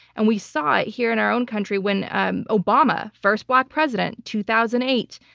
and we saw it here in our own country when obama, first black president, two thousand eight,